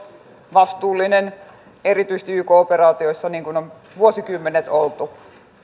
vastuullinen erityisesti yk operaatioissa niin kuin on vuosikymmenet oltu